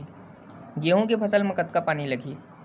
गेहूं के फसल म कतका पानी लगही?